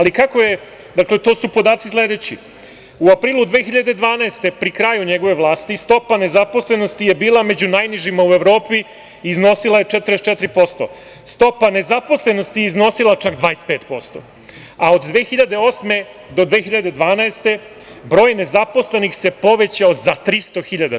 To su sledeći podaci: u aprilu 2012. godine, pri kraju njegove vlasti, stopa nezaposlenosti je bila među najnižima u Evropi i iznosila je 44%, stopa nezaposlenosti je iznosila čak 25%, a od 2008. do 2012. godine broj nezaposlenih se povećao za 300.000.